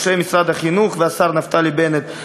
אנשי משרד החינוך והשר נפתלי בנט,